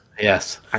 Yes